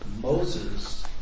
Moses